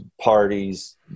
parties